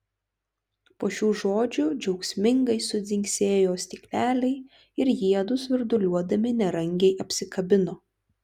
po šių žodžių džiaugsmingai sudzingsėjo stikleliai ir jiedu svirduliuodami nerangiai apsikabino